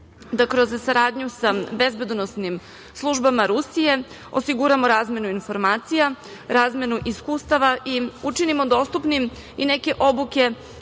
da kroz saradnju sa bezbednosnim službama Rusije osiguramo razmenu informacija, razmenu iskustava i učinimo dostupnim i neke obuke